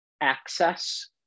access